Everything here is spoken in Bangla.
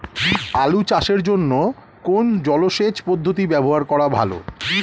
আলু চাষের জন্য কোন জলসেচ পদ্ধতি ব্যবহার করা ভালো?